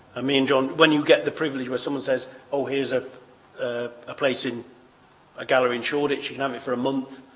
i mean when you get the privilege, when someone says oh here's ah ah a place in a gallery in shortage. you can have it for a month.